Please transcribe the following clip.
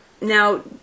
now